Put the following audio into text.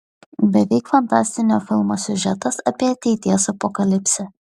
beveik fantastinio filmo siužetas apie ateities apokalipsę